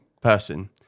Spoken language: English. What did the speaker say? person